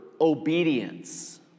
obedience